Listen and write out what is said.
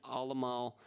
allemaal